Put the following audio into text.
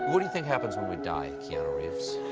what do you think happens when we die, keanu reeves?